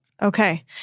Okay